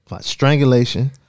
Strangulation